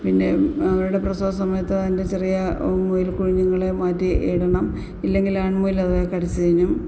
പിന്നെ അവരടെ പ്രസവസമയത്തയ്ൻ്റെ ചെറിയ മുയൽക്കുഞ്ഞ്ങ്ങളേ മാറ്റി ഇടണം ഇല്ലെങ്കിൽ ആൺ മുയലത് കടിച്ച് തിന്നും